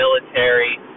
military